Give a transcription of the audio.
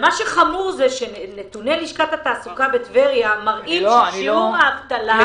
מה שחמור זה שנתוני לשכת התעסוקה בטבריה מראים את שיעור האבטלה.